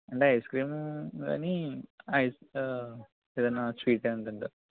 అంటే ice cream కానీ ice ఏదన్న స్వీట్ ఏమన్న తింటారా